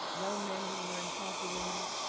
young men who were incarcerated,